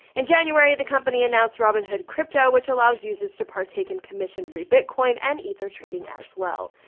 in january, the company announced robinhood crypto, which allows users to partake in commission-free bitcoin and ether trading as well.